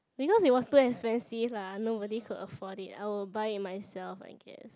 because it was too expensive lah nobody could afford it I will buy it myself I guess